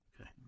okay